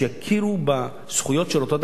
מקובל בעניין הזה שיכירו בזכויות של אותו אדם,